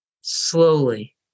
slowly